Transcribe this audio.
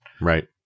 Right